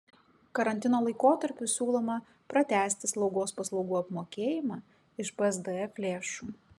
karantino laikotarpiui siūloma pratęsti slaugos paslaugų apmokėjimą iš psdf lėšų